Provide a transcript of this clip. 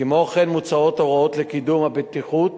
כמו כן, מוצעות הוראות לקידום הבטיחות